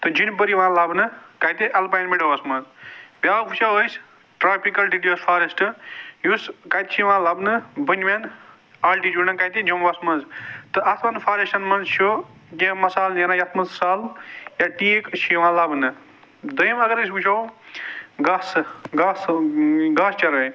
تہٕ جیٚنبَر یِوان لَبنہٕ کَتہِ اَلپایِن میڈووَس منٛز بیٛاکھ وُچھُو أسۍ ٹرٛاپِکَل ڈِسِڈیٛوس فاریٚسٹہٕ یُس کَتہِ چھِ یِوان لَبنہٕ بوٚنہِ میٚن آلٹِچیٛوٗڈَن کَتہِ جمووَس منٛز تہٕ اَتھ وَن فاریٚسٹَس منٛز چھُ کیٚنٛہہ مصالہٕ نیران یَتھ منٛز سَل یا ٹیٖک چھِ یِوان لَبنہٕ دوٚیِم اَگر أسۍ وُچھُو گاسہٕ گاسہٕ گاسہٕ چرٲے